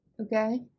Okay